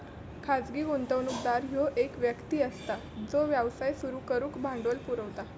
खाजगी गुंतवणूकदार ह्यो एक व्यक्ती असता जो व्यवसाय सुरू करुक भांडवल पुरवता